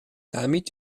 damit